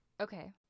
Okay